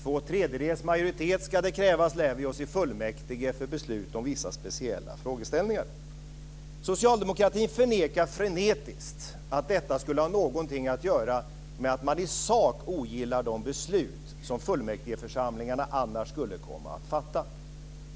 Två tredjedels majoritet ska det krävas, lär vi oss i fullmäktige, för beslut om vissa speciella frågeställningar. Socialdemokratin förnekar frenetiskt att detta skulle ha någonting att göra med att man i sak ogillar de beslut som fullmäktigeförsamlingarna annars skulle komma att fatta.